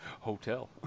Hotel